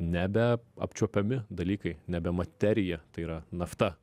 nebeapčiuopiami dalykai nebe materija tai yra nafta